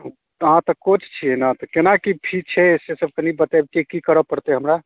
अहाँ तऽ कोच छिए ने तऽ कोना कि फी छै सेसब कनि बतेतिए कि करऽ पड़तै हमरा